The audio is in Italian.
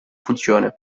funzione